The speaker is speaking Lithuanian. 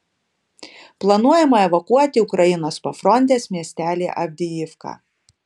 planuojama evakuoti ukrainos pafrontės miestelį avdijivką